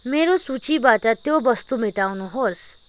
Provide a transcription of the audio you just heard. मेरो सूचीबाट त्यो वस्तु मेटाउनुहोस्